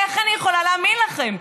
איך אני יכולה להאמין לכם?